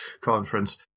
conference